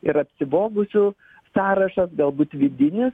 ir apsivogusių sąrašas galbūt vidinis